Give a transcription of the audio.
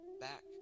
back